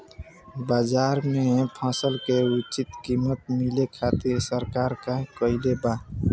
बाजार में फसल के उचित कीमत मिले खातिर सरकार का कईले बाऽ?